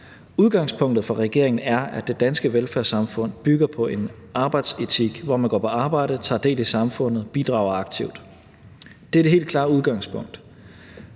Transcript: Udgangspunktet for regeringen er, at det danske velfærdssamfund bygger på en arbejdsetik, hvor man går på arbejde og tager del i samfundet og bidrager aktivt. Det er det helt klare udgangspunkt.